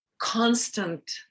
Constant